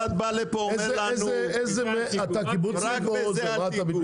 אתה קיבוצניק או מושבניק?